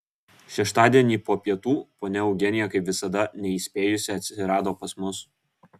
šeštadienį po pietų ponia eugenija kaip visada neįspėjusi atsirado pas mus